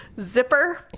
Zipper